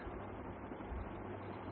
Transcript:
उपस्थित